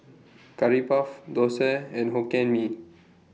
Curry Puff Thosai and Hokkien Mee